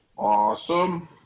Awesome